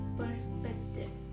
perspective